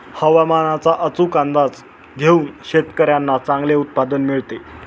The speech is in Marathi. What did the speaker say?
हवामानाचा अचूक अंदाज घेऊन शेतकाऱ्यांना चांगले उत्पादन मिळते